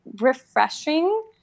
refreshing